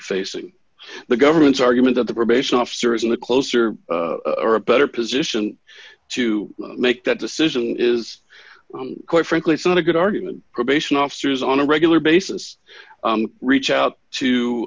facing the government's argument that the probation officer is in the closer or a better position to make that decision is quite frankly it's not a good argument probation officers on a regular basis reach out